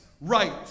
right